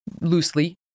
loosely